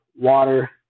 water